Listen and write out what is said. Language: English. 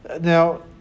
Now